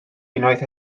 unwaith